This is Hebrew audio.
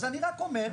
אז אני רק אומר,